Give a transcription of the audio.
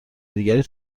دیگری